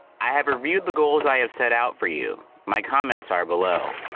i have reviewed the goals i have set out for you. my comments are below.